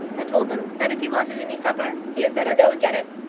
and told him that if he wanted any supper, he had better go and get it.